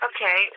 Okay